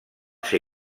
ser